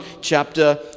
chapter